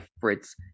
Fritz